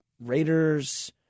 Raiders